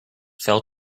fell